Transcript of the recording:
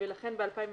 לכן ב-2016,